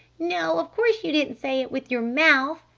no, of course, you didn't say it with your mouth,